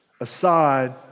aside